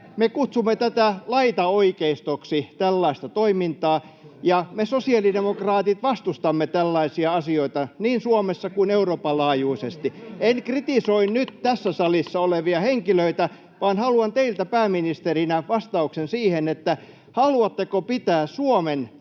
Me kutsumme tätä laitaoikeistoksi, tällaista toimintaa, ja me sosiaalidemokraatit vastustamme tällaisia asioita niin Suomessa kuin Euroopan laajuisesti. [Välihuutoja oikealta — Puhemies koputtaa] En kritisoi nyt tässä salissa olevia henkilöitä, vaan haluan teiltä, pääministeri, vastauksen siihen, haluatteko pitää Suomen siinä